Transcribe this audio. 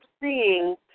seeing